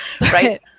right